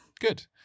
Good